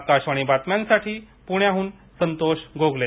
आकाशवाणी बातम्यासाठी पुण्याहून संतोष गोगले